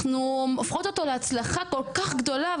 אנחנו הופכות אותו להצלחה כל כך גדולה,